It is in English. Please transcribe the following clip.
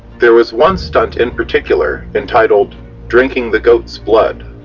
there was one stunt in particular, entitled drinking the goat's blood.